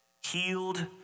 healed